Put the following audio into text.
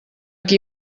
qui